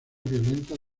violentas